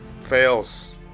Fails